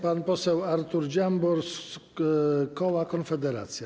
Pan poseł Artur Dziambor z koła Konfederacja.